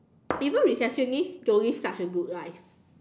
even receptionists don't live such a good life